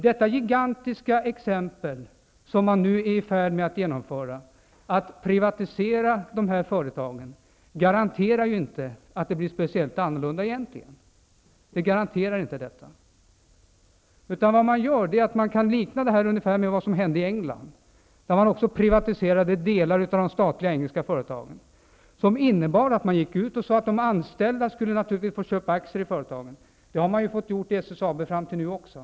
Det gigantiska projekt som man nu är i färd med att genomföra, att privatisera de statliga företagen, garanterar inte att det blir speciellt annorlunda egentligen. Vad man nu gör kan liknas vid vad som hände i England, där man också privatiserade delar av de statliga företagen. Man gick ut och sade att de anställda naturligtvis skulle få köpa aktier i företagen. Men det har de anställda fått göra i SSAB fram till nu också.